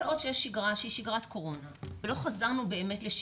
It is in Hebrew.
כל עוד יש שגרה שהיא שגרת קורונה ולא חזרנו באמת לשגרה,